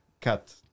cut